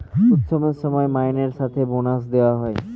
উৎসবের সময় মাইনের সাথে বোনাস দেওয়া হয়